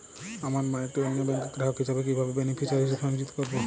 আমার মা একটি অন্য ব্যাংকের গ্রাহক হিসেবে কীভাবে বেনিফিসিয়ারি হিসেবে সংযুক্ত করব?